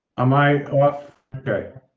am i off? okay.